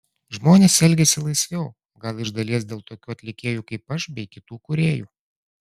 žmonės elgiasi laisviau gal iš dalies dėl tokių atlikėjų kaip aš bei kitų kūrėjų